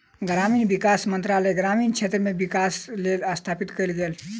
ग्रामीण विकास मंत्रालय ग्रामीण क्षेत्र मे विकासक लेल स्थापित कयल गेल अछि